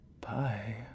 bye